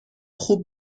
خوب